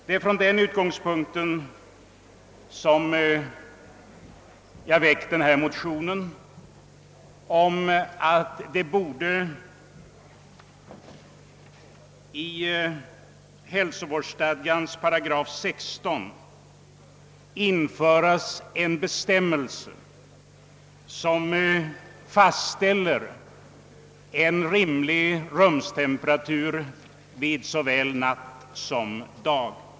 Det är från denna utgångspunkt jag väckt en motion om att i hälsovårdsstadgans 16 8 borde införas en bestämmelse, som fastställer en rimlig rumstemperatur under såväl natt som dag.